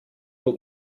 der